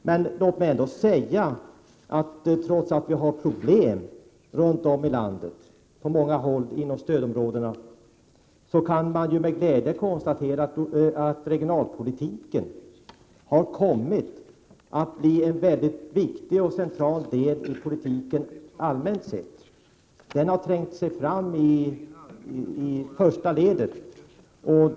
Men trots att vi har problem på många håll inom stödområdena kan man med glädje konstatera att regionalpolitiken har kommit att bli en viktig och central del i politiken allmänt sett. Regionalpolitiken har trängt sig fram till första ledet.